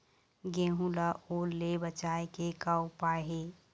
गेहूं ला ओल ले बचाए के का उपाय हे?